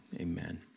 Amen